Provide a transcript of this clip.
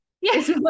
yes